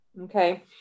Okay